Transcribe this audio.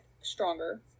stronger